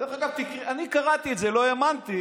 אני קראתי את זה ולא האמנתי